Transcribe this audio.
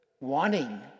wanting